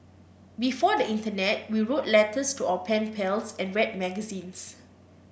before the internet we wrote letters to our pen pals and read magazines